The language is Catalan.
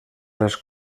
les